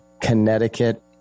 connecticut